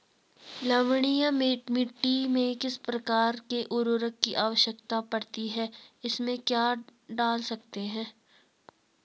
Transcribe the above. लवणीय मिट्टी में किस प्रकार के उर्वरक की आवश्यकता पड़ती है इसमें क्या डाल सकते हैं?